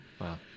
Wow